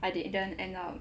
I didn't end up